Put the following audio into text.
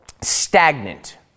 stagnant